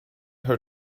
her